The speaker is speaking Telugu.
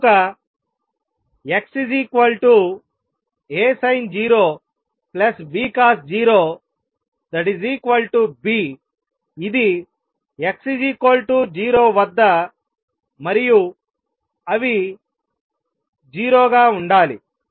కనుక X A sin 0 B cos 0 Bఇది x 0 వద్ద మరియు అవి 0 గా ఉండాలి